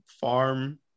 farm